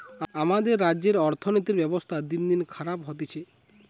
আমাদের রাজ্যের অর্থনীতির ব্যবস্থা দিনদিন খারাপ হতিছে